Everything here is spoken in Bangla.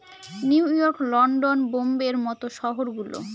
নিউ ইয়র্ক, লন্ডন, বোম্বের মত শহর গুলো